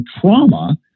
trauma